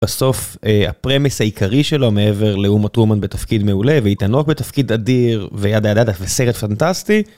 בסוף הפרמס העיקרי שלו מעבר לאומה טרומן בתפקיד מעולה ואיתן הוק בתפקיד אדיר וידה ידה ידה זה סרט פנטסטי.